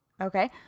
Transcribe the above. Okay